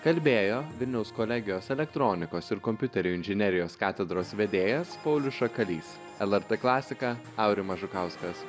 kalbėjo vilniaus kolegijos elektronikos ir kompiuterių inžinerijos katedros vedėjas paulius šakalys lrt klasika aurimas žukauskas